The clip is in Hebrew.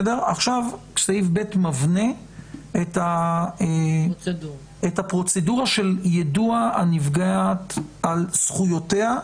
ועכשיו סעיף ב' מבנה את הפרוצדורה של יידוע הנפגעת על זכויותיה,